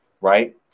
Right